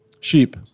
Sheep